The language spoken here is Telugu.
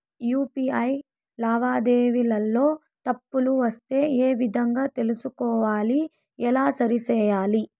యు.పి.ఐ లావాదేవీలలో తప్పులు వస్తే ఏ విధంగా తెలుసుకోవాలి? ఎలా సరిసేయాలి?